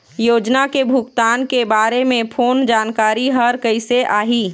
योजना के भुगतान के बारे मे फोन जानकारी हर कइसे आही?